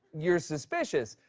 you're suspicious.